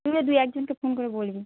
তুইও দু একজনকে ফোন করে বলবি